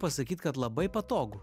pasakyt kad labai patogu